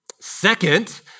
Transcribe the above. Second